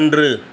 இன்று